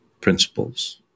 principles